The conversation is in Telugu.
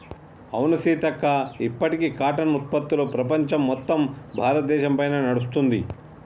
అవును సీతక్క ఇప్పటికీ కాటన్ ఉత్పత్తులు ప్రపంచం మొత్తం భారతదేశ పైనే నడుస్తుంది